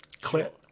Clip